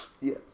Yes